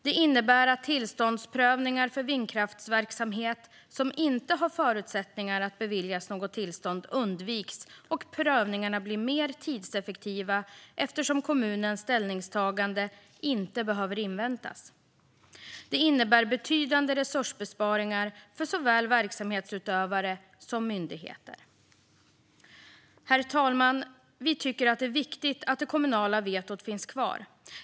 Det innebär att tillståndsprövningar för vindkraftsverksamhet som inte har förutsättningar att beviljas något tillstånd undviks, och prövningarna blir mer tidseffektiva eftersom kommunens ställningstagande inte behöver inväntas. Det innebär betydande resursbesparingar för såväl verksamhetsutövare som myndigheter. Herr talman! Vi tycker att det är viktigt att det kommunala vetot finns kvar.